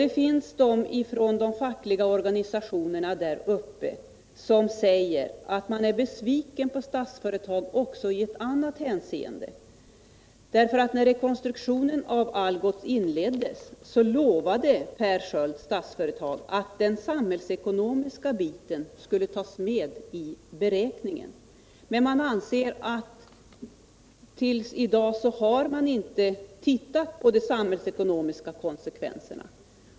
Det finns företrädare för de fackliga organisationerna där uppe som säger sig vara besvikna på Statsföretag också i ett annat hänseende, därför att när rekonstruktionen av Algots inleddes lovade Per Sköld, Statsföretag, att den samhällsekonomiska biten skulle tas med i beräkningen. Men hittills har man inte beaktat de samhällsekonomiska konsekvenserna.